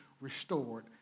restored